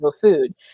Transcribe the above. food